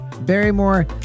Barrymore